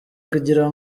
kugira